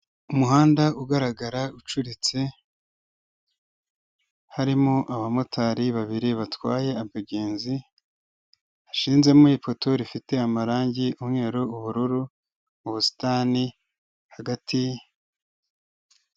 Umuhanda ugaragara ucuritse, harimo abamotari babiri batwaye abagenzi, hashinzemo ipoto rifite amarangi umweru ubururu mu busitani hagati.